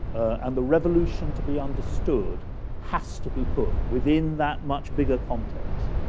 and the revolution to be understood has to be put within that much bigger context.